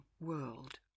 world